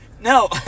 No